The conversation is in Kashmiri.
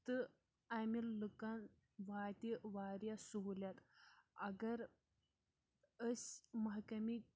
تہٕ اَمہِ لُکَن واتہِ واریاہ سہوٗلیت اگر أسۍ محکمی